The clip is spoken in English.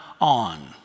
on